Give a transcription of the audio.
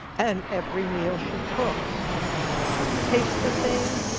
and every meal she cooks tastes the same,